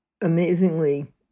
amazingly